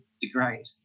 degrade